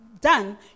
done